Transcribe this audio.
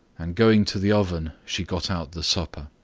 and going to the oven she got out the supper.